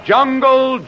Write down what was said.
Jungle